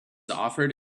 offered